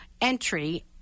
Entry